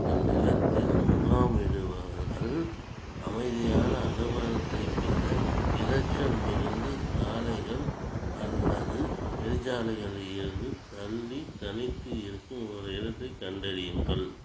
உங்கள் நிலத்தில் முகாமிடுபவர்கள் அமைதியான அனுபவத்தைப் பெற இரைச்சல் மிகுந்த சாலைகள் அல்லது நெடுஞ்சாலைகளில் இருந்து தள்ளி தனித்து இருக்கும் ஒரு இடத்தைக் கண்டறியுங்கள்